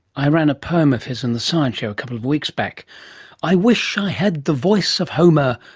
i ran a poem of his in the science show a couple of weeks back i wish i had the voice of homer,